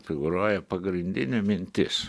figūruoja pagrindinė mintis